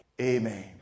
Amen